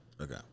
Okay